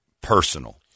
personal